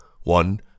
one